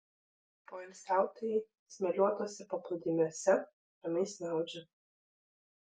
poilsiautojai smėliuotuose paplūdimiuose ramiai snaudžia